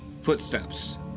Footsteps